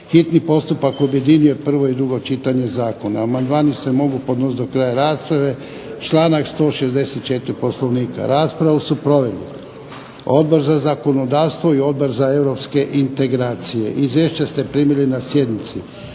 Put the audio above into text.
hitni postupak objedinjuje prvo i drugo čitanje zakona. Amandmani se mogu podnosit do kraja rasprave, članak 164. Poslovnika. Raspravu su proveli Odbor za zakonodavstvo i Odbor za europske integracije. Izvješća ste primili na sjednici.